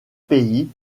pays